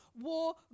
war